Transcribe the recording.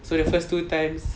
so the first two times